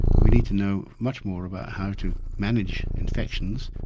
we need to know much more about how to manage infections,